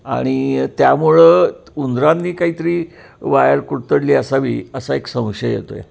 आणि त्यामुळं उंदरांनी काहीतरी वायर कुरतडली असावी असा एक संशय येतो आहे